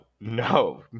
no